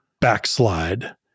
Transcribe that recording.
backslide